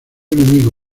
enemigo